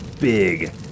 big